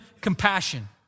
compassion